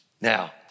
Now